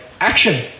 action